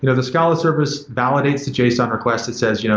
you know the scala service validates the json request that says, you know